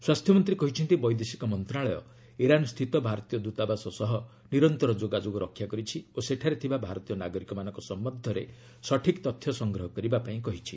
ସ୍ୱାସ୍ଥ୍ୟ ମନ୍ତ୍ରୀ କହିଛନ୍ତି ବୈଦେଶିକ ମନ୍ତଶାଳୟ ଇରାନ ସ୍ଥିତ ଭାରତୀୟ ଦୂତାବାସ ସହ ନିରନ୍ତର ଯୋଗାଯୋଗ ରକ୍ଷା କରିଛି ଓ ସେଠାରେ ଥିବା ଭାରତୀୟ ନାଗରିକମାନଙ୍କ ସମ୍ଭନ୍ଧରେ ସଠିକ୍ ତଥ୍ୟ ସଂଗ୍ରହ କରିବା ପାଇଁ କହିଛି